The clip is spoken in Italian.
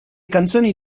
canzoni